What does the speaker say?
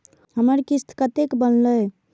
हमर किस्त कतैक बनले?